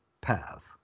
path